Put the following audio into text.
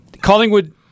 Collingwood –